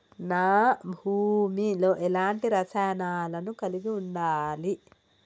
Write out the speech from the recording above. నా భూమి లో ఎలాంటి రసాయనాలను కలిగి ఉండాలి?